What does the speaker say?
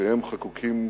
ושמותיהם חקוקים